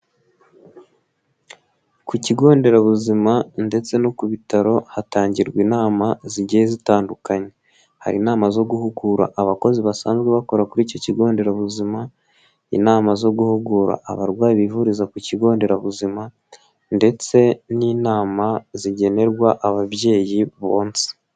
Ku kigo nderabuzima ndetse no ku bitaro hatangirwa inama zigiye zitandukanye, hari inama zo guhugura abakozi basanzwe bakora kuri iki kigo nderabuzima, inama zo guhugura abarwayi bivuriza ku kigo nderabuzima ndetse n'inama zigenerwa ababyeyi bonsa.